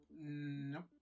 Nope